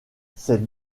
ces